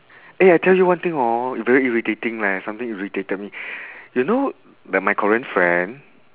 eh I tell you one thing hor very irritating leh something irritated me you know that my korean friend